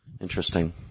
Interesting